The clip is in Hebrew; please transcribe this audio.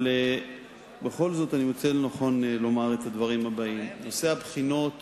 אבל בכל זאת אני מוצא לנכון לומר את הדברים הבאים: נושא הבחינות